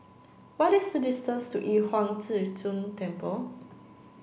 what is the distance to Yu Huang Zhi Zun Temple